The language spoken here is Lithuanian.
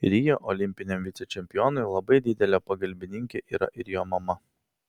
rio olimpiniam vicečempionui labai didelė pagalbininkė yra ir jo mama